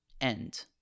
end